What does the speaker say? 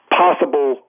possible